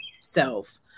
self